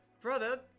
Brother